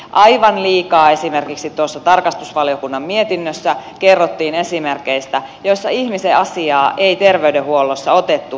aivan liikaa esimerkiksi tuossa tarkastusvaliokunnan mietinnössä kerrottiin esimerkeistä joissa ihmisen asiaa ei terveydenhuollossa otettu vakavasti